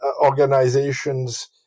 organizations